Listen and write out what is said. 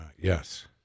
yes